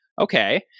okay